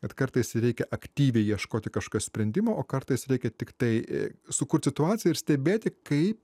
bet kartais reikia aktyviai ieškoti kažkokio sprendimo o kartais reikia tiktai sukurti situaciją ir stebėti kai